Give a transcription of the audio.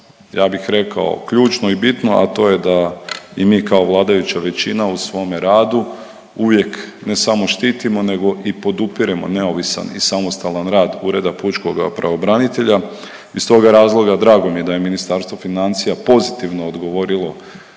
ja bih rekao ključno i bitno, a to je da i mi kao vladajuća većina u svome radu uvijek ne samo štitimo nego i podupiremo neovisan i samostalan rad Ureda pučkoga pravobranitelja. Iz toga razloga drago mi je da je Ministarstvo financija pozitivno odgovorilo